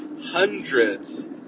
hundreds